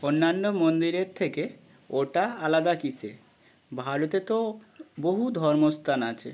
অন্যান্য মন্দিরের থেকে ওটা আলাদা কীসে ভারতে তো বহু ধর্মস্থান আছে